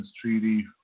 treaty